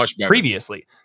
previously